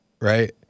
right